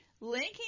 Linking